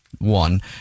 One